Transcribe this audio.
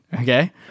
Okay